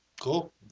Cool